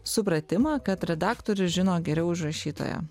supratimą kad redaktorius žino geriau už rašytoją